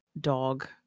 dog